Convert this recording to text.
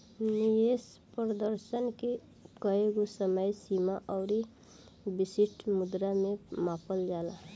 निवेश प्रदर्शन के एकगो समय सीमा अउरी विशिष्ट मुद्रा में मापल जाला